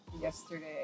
Yesterday